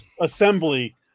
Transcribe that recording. assembly